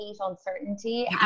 uncertainty